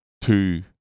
two